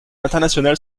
international